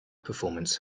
performance